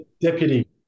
Deputy